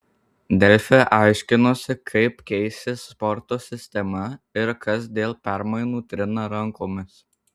delfi aiškinosi kaip keisis sporto sistema ir kas dėl permainų trina rankomis